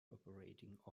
operating